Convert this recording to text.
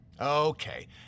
Okay